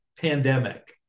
pandemic